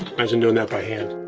imagine doing that by hand.